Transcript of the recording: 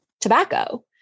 tobacco